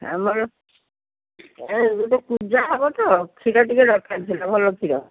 ଆମର ଏହି ଗୋଟିଏ ପୂଜା ହେବ ତ କ୍ଷୀର ଟିକେ ଦରକାର ଥିଲା ଭଲ କ୍ଷୀର